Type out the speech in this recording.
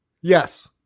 Yes